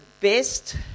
best